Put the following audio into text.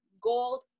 gold